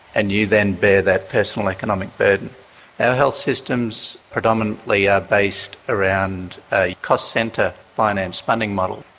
and you then bear that personal economic burden. our health systems predominantly are based around a cost centre finance funding model.